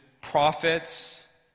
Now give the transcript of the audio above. prophets